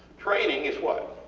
training is what?